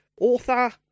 author